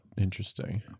Interesting